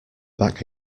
back